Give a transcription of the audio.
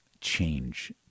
change